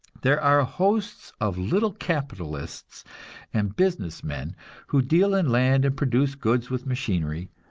there are hosts of little capitalists and business men who deal in land and produce goods with machinery,